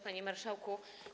Panie Marszałku!